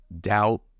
doubt